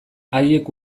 haiek